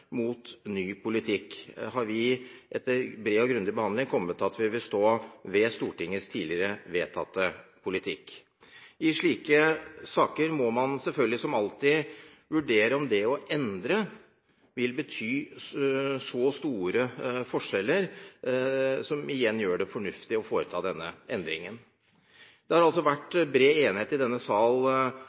mot ny politikk, kommet til at vi vil stå ved Stortingets tidligere vedtatte politikk. I slike saker må man selvfølgelig – som alltid – vurdere om det å endre vil bety så store forskjeller at det igjen vil gjøre det fornuftig å foreta denne endringen. Det har altså tidligere vært bred enighet i denne sal